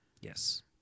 Yes